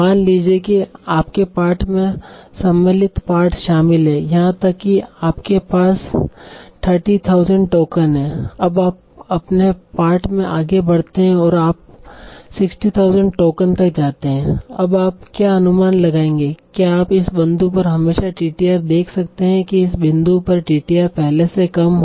मान लीजिए कि आपके पाठ में सम्मिलित पाठ शामिल है यहां तक कि आपके पास 30000 टोकन हैं अब आप अपने पाठ में आगे बढ़ते हैं और आप 60000 टोकन तक जाते हैं अब आप क्या अनुमान लगाएंगे क्या आप इस बिंदु पर हमेशा टीटीआर देख सकते हैं इस बिंदु पर टीटीआर पहले से कम हो